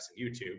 YouTube